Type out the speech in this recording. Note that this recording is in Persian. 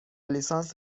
لیسانس